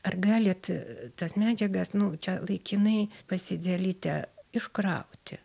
ar galit tas medžiagas nu čia laikinai pasidelyte iškrauti